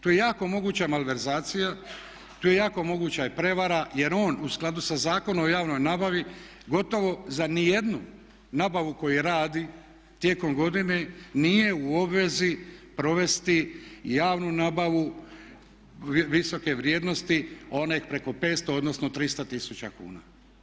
Tu je jako moguća malverzacija, tu je jako moguća i prijevara jer on u skladu sa Zakonom o javnoj nabavi gotovo za niti jednu nabavu koju radi tijekom godine nije u obvezi provesti javnu nabavu visoke vrijednosti one preko 500 odnosno 300 tisuća kuna.